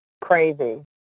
crazy